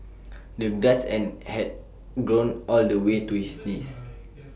the grass and had grown all the way to his knees